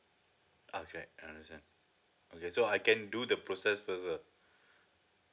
okay I understand okay so I can do the process first lah